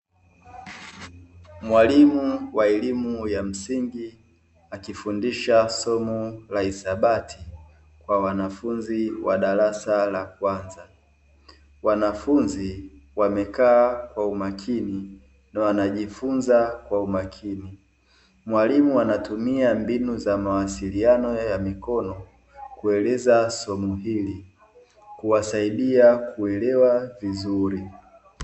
Mwalimu wa elimu ya msingi akifundisha somo la hisabati kwa wanafunzi wa darasa la kwanza, wanafunzi wamekaa kwa umakini na wanajifunza kwa umakini, mwalimu anatumia mbinu za mawasiliano ya mikono kueleza somo hili kuwasaidia kuelewa vizuri.